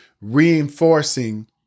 reinforcing